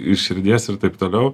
iš širdies ir taip toliau